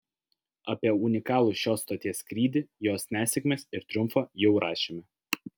apie unikalų šios stoties skrydį jos nesėkmes ir triumfą jau rašėme